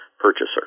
purchaser